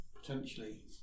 potentially